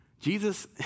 Jesus